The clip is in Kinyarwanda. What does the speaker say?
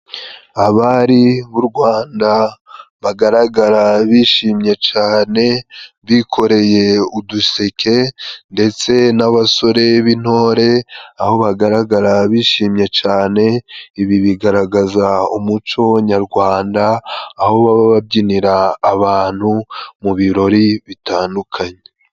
Abari b'u Rwanda bagaragara bishimye cane，bikoreye uduseke ndetse n'abasore b'intore， aho bagaragara bishimye cane， ibi bigaragaza umuco nyarwanda， aho baba babyinira abantu，mu birori bitandukanye.